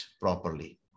properly